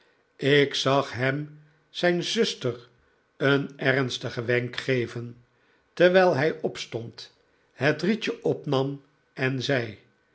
ik zag hem zijn zuster een ernstigen wenk geven terwijl hij opstond het rietje opnam en zei